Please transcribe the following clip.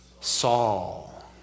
Saul